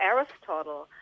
Aristotle